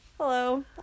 Hello